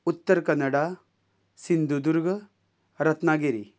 Uttar Kannada Sindhudurg Ratnagiri